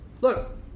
look